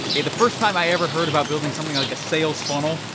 okay, the first time i ever heard about building something like a sales funnel,